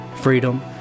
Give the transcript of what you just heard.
freedom